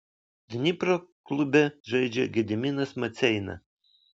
dnipro klube žaidžia gediminas maceina